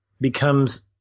becomes